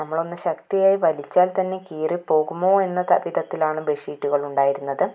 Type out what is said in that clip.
നമ്മളൊന്ന് ശക്തിയായി വലിച്ചാല് തന്നെ കീറിപ്പോകുമോ എന്ന വിധത്തിലാണ് ബെഡ് ഷീറ്റുകള് ഉണ്ടായിരുന്നത്